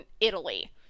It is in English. Italy